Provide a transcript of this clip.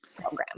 program